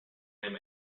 him